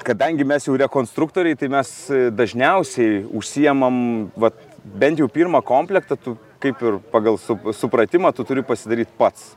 kadangi mes jau rekonstruktoriai tai mes dažniausiai užsiimame vat bent jau pirmą komplektą tu kaip ir pagal sup supratimą tu turi pasidaryti pats